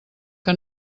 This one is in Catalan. que